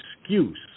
excuse